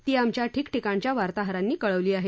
ती आमच्या ठिकठिकाणच्या वार्ताहरांनी कळवली आहे